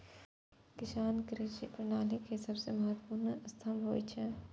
किसान कृषि प्रणाली के सबसं महत्वपूर्ण स्तंभ होइ छै